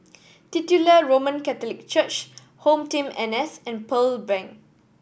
Titular Roman Catholic Church HomeTeam N S and Pearl Bank